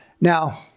Now